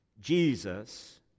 Jesus